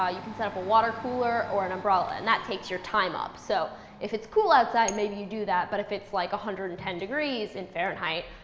you can set up a water cooler or an umbrella. and that takes your time up. so if it's cool outside, maybe you do that. but if it's like one hundred and ten degrees in fahrenheit,